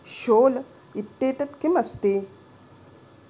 shoal इत्येतत् किम् अस्ति